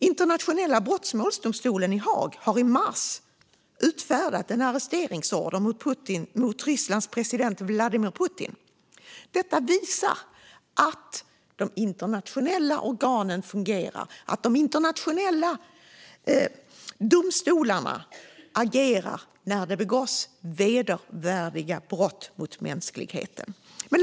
Internationella brottsmålsdomstolen i Haag utfärdade i mars i år en arresteringsorder mot Rysslands president Vladimir Putin. Detta visar att de internationella organen fungerar och att de internationella domstolarna agerar när det begås vedervärdiga brott mot mänskligheten.